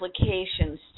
applications